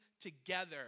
together